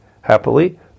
happily